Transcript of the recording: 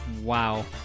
Wow